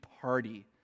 party